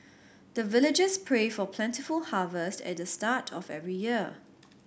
the villagers pray for plentiful harvest at the start of every year